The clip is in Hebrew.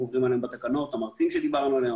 עוברים עליהם בתקנות: המרצים שדיברנו עליהם,